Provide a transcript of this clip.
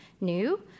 new